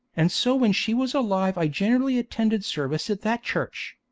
and so when she was alive i generally attended service at that church.